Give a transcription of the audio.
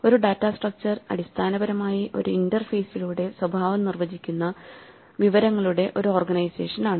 ഒരു data structure അടിസ്ഥാനപരമായി ഒരു ഇന്റർഫേസിലൂടെ സ്വഭാവം നിർവചിക്കുന്ന വിവരങ്ങളുടെ ഒരു ഓർഗനൈസേഷനാണ്